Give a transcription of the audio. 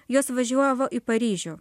jos važiuoja va į paryžių